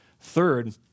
Third